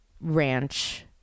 ranch